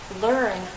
learn